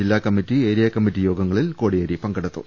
ജില്ലാ committee area committee യോഗങ്ങളിൽ കോടിയേരി പങ്കെടുത്തു